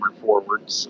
forward